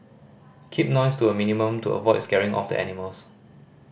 keep noise to a minimum to avoid scaring off the animals